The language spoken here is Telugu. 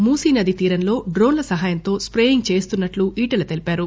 మూసీ నది తీరంలో డ్రోన్ల సహాయంతో స్పేయింగ్ చేయిస్తున్నట్టు ఈటల తెలిపారు